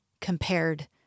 compared